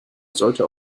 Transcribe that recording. sollte